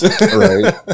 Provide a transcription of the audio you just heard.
right